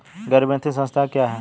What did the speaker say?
गैर वित्तीय संस्था क्या है?